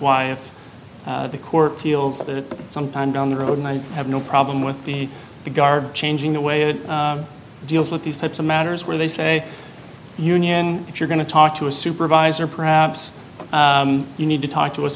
why if the court feels that sometime down the road and i have no problem with the guard changing the way it deals with these types of matters where they say union if you're going to talk to a supervisor perhaps you need to talk to us